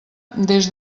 des